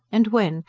and when,